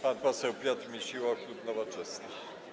Pan poseł Piotr Misiło, klub Nowoczesna.